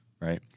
Right